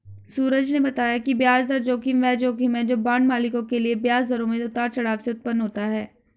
सूरज ने बताया कि ब्याज दर जोखिम वह जोखिम है जो बांड मालिकों के लिए ब्याज दरों में उतार चढ़ाव से उत्पन्न होता है